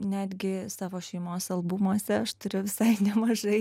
netgi savo šeimos albumuose aš turiu visai nemažai